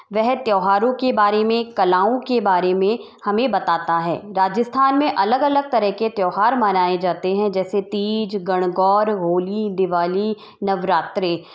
वह त्योहारों के बारे में कलाओं के बारे में हमें बताता है राजस्थान में अलग अलग तरह के त्योहार मनाए जाते हैं जैसे तीज गणगौर होली दिवाली नवरात्रे